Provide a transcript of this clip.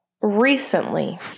recently